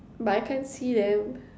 but I can't see them